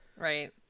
Right